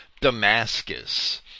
Damascus